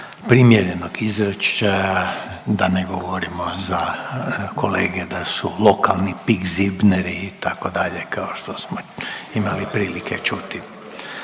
primjerenog izričaja, da ne govorimo za kolege da su lokalni pikzibneri itd. kao što smo imali prilike čuti.